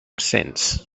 since